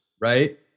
right